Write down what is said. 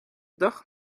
dag